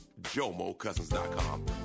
JomoCousins.com